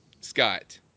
Scott